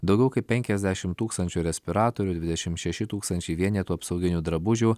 daugiau kaip penkiasdešimt tūkstančių respiratorių dvidešimt šeši tūkstančiai vienetų apsauginių drabužių